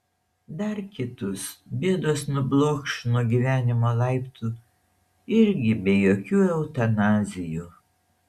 dar kitus bėdos nublokš nuo gyvenimo laiptų irgi be jokių eutanazijų